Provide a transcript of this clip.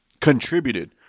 contributed